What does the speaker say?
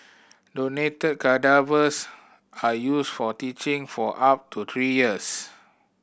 donated cadavers are used for teaching for up to three years